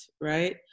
right